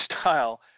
style